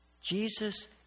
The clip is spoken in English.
Jesus